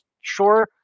sure